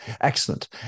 excellent